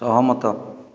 ସହମତ